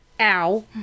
ow